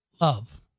love